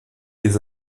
les